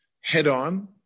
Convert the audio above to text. head-on